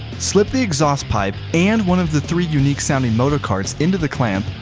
slip the exhaust pipe and one of the three unique sounding motor cards into the clamp,